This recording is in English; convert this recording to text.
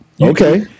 Okay